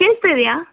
ಕೇಳಸ್ತಿದಿಯಾ